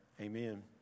Amen